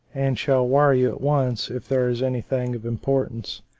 and shall wire you at once if there is anything of importance.